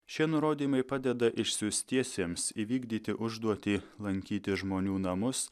šie nurodymai padeda išsiųstiesiems įvykdyti užduotį lankyti žmonių namus